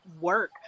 work